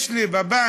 יש לי בבנק